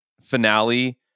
finale